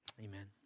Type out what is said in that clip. amen